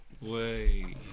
Wait